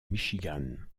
michigan